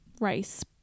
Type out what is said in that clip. rice